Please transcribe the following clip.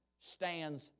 stands